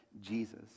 Jesus